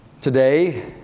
Today